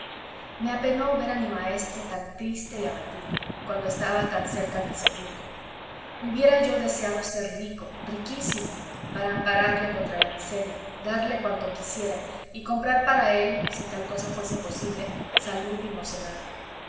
me apenó ver a mi maestro tan triste y abatido cuando estaba tan cerca del sepulcro hubiera yo deseado ser rico riquísimo para ampararle contra la miseria darle cuanto quisiera y comprar para él si tal cosa fuese posible salud y mocedad